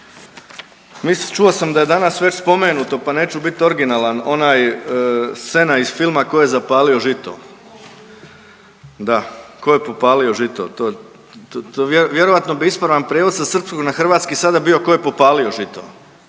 čuo sam da je danas već spomenuto pa neću biti originalan onaj scena iz filma Tko je zapalio žito, da, tko je popalio žito, to, to vjerojatno bi ispravan prijevod sa srcu na hrvatski sada bio tko je popalio žito